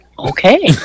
Okay